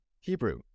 Hebrew